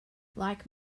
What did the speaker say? like